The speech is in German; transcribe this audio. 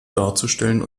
darzustellen